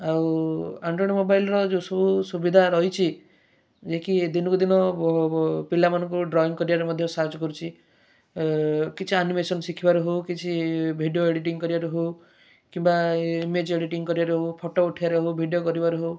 ଆଉ ଆଣ୍ଡ୍ରୋଏଡ଼୍ ମୋବାଇଲ୍ର ଯେଉଁ ସବୁ ସୁବିଧା ରହିଛି ଯିଏକି ଦିନକୁ ଦିନ ପିଲାମାନଙ୍କୁ ଡ୍ରଇଁ କରିବାରେ ମଧ୍ୟ ସାହାଯ୍ୟ କରୁଛି କିଛି ଆନିମେସନ୍ ଶିଖିବାର ହେଉ କିଛି ଭିଡ଼ିଓ ଏଡ଼ିଟିଙ୍ଗ୍ କରିବାରେ ହେଉ କିମ୍ବା ଇମେଜ୍ ଏଡ଼ିଟିଙ୍ଗ୍ କରିବାରେ ହେଉ ଫଟୋ ଉଠେଇବାରେ ହେଉ ଭିଡ଼ିଓ କରିବାରେ ହେଉ